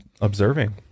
observing